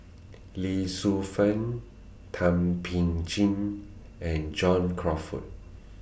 Lee Shu Fen Thum Ping Tjin and John Crawfurd